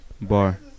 Bar